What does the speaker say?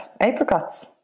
apricots